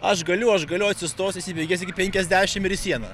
aš galiu aš galiu atsistojęs įsibėgėjęs iki penkiasdešimt ir į sieną